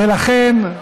ולכן,